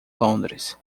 londres